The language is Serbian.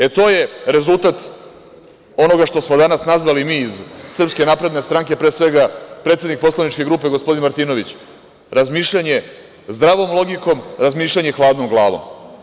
E, to je rezultat onoga što smo danas nazvali mi iz SNS, pre svega predsednik poslaničke grupe gospodin Martinović, razmišljanje zdravom logikom, razmišljanje hladnom glavom.